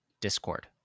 discord